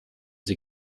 sie